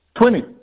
Twenty